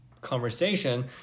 conversation